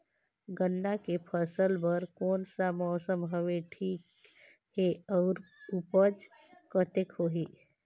गन्ना के फसल बर कोन सा मौसम हवे ठीक हे अउर ऊपज कतेक होही?